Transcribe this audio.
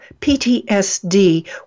PTSD